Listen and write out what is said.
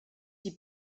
die